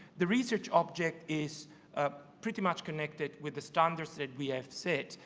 the research object is pretty much connected with the standards that we have set,